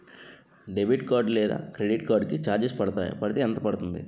Debit card లేదా credit card కి charges పడతాయా? పడితే ఎంత పడుతుంది?